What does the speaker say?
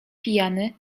pijany